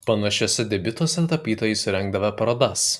panašiuose debiutuose tapytojai surengdavę parodas